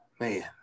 man